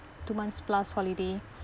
two months plus holiday